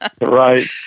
Right